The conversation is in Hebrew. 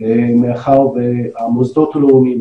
מאחר שהמוסדות הלאומיים,